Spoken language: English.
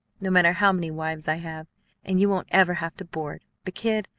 no matter how many wives i have and you won't ever have to board. but, kid,